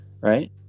right